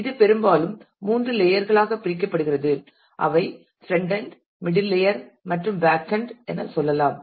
இது பெரும்பாலும் மூன்று லேயர் களாகப் பிரிக்கப்படுகிறது அவை பிரண்ட் எண்ட் மிடில் லேயர் மற்றும் பேக் எண்ட் என சொல்லலாம்